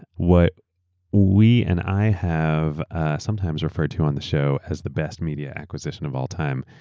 what we and i have sometimes referred to on the show as the best media acquisition of all time.